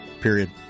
period